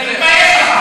ילד בן 15. תתבייש לך.